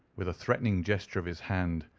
with a threatening gesture of his hand,